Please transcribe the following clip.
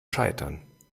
scheitern